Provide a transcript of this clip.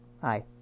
Hi